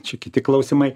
čia kiti klausimai